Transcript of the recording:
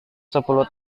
sepuluh